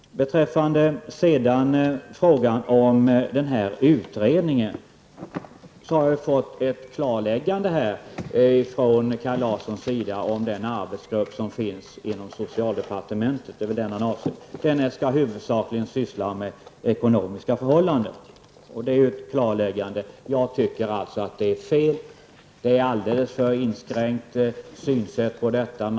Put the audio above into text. Beträffande utredningen har jag från Kaj Larsson fått ett klarläggande om att den arbetsgrupp som finns inom socialdepartementet -- det är väl den han avser -- huvudsakligen skall syssla med ekonomiska förhållanden. Det är ju ett klarläggande. Jag menar att detta är fel. Det är ett alldeles för inskränkt synsätt i den här frågan.